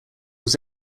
was